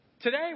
Today